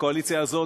הקואליציה הזאת,